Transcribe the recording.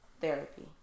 therapy